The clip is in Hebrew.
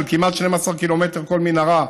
של כמעט 12 ק"מ כל מנהרה,